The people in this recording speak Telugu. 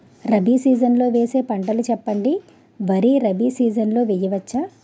రబీ సీజన్ లో వేసే పంటలు చెప్పండి? వరి రబీ సీజన్ లో వేయ వచ్చా?